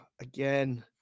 Again